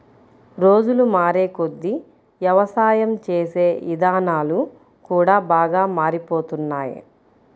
రోజులు మారేకొద్దీ యవసాయం చేసే ఇదానాలు కూడా బాగా మారిపోతున్నాయ్